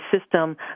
system